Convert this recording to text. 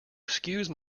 excuse